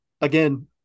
again